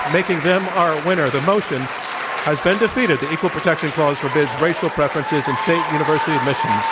making them our winner. the motion has been defeated, the equal protection clause forbids racial preferences in state university